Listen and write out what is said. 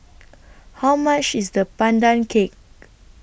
How much IS The Pandan Cake